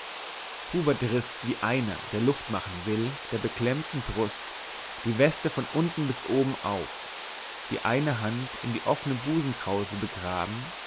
hubert riß wie einer der luft machen will der beklemmten brust die weste von oben bis unten auf die eine hand in die offne busenkrause begraben